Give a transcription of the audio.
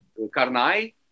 Karnai